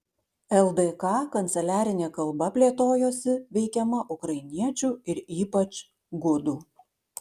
ldk kanceliarinė kalba plėtojosi veikiama ukrainiečių ir ypač gudų